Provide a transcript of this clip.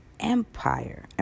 Empire